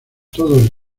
todos